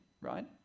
right